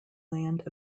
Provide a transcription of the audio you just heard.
land